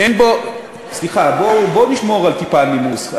אין בו, סליחה, בוא נשמור על טיפה נימוס.